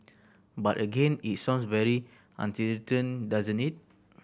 but again it sounds very doesn't it